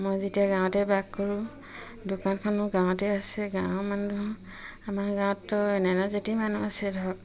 মই যেতিয়া গাঁৱতে বাস কৰোঁ দোকানখনো গাঁৱতে আছে গাঁৱৰ মানুহ আমাৰ গাঁৱততো নানা জাতিৰ মানুহ আছে ধৰক